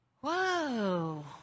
whoa